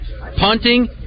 Punting